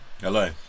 hello